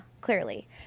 clearly